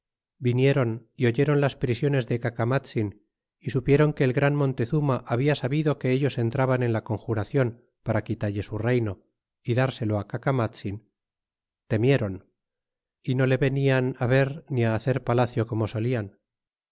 vieron e oyeron las prisiones de cacamatzin y supieron que el gran montezuma habla sabido que ellos entraban en la conjuradon pera quitalle su reyno y drselo cacamatzin temieron y no le venian ver ni hacer palacio como solian